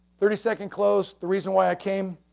thirty second close, the reason why i came.